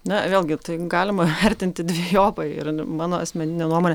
na vėlgi tai galima vertinti dvejopai ir mano asmenine nuomone